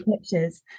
pictures